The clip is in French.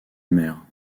maire